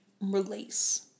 release